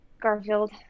Garfield